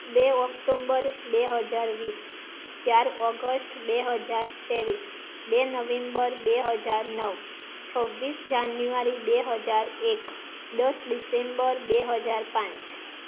બે ઓક્ટોમ્બર બે હજાર વીસ ચાર ઓગસ્ટ બે હજાર ત્રેવીસ બે નવેમ્બર બે હજાર નવ છવ્વીસ જાન્યુઆરી બે હજાર એક દસ ડીસેમ્બર બે હજાર પાંચ